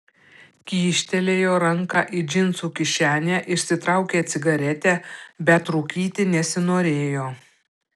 kyštelėjo ranką į džinsų kišenę išsitraukė cigaretę bet rūkyti nesinorėjo